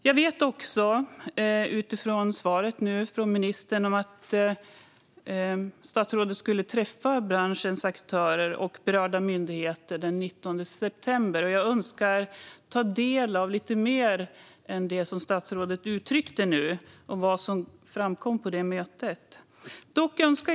Jag vet nu, utifrån svaret från ministern, att statsrådet skulle träffa branschens aktörer och berörda myndigheter den 19 september. Jag önskar ta del av vad som framkom på det mötet, gärna lite mer än det som statsrådet uttryckte här nyss.